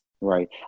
Right